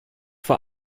vor